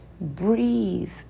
Breathe